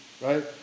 right